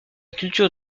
culture